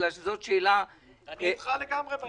בגלל שזאת שאלה --- אני איתך לגמרי בעניין הזה.